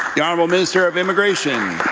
the honourable minister of immigration.